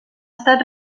estat